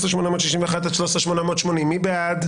13,781 עד 13,800, מי בעד?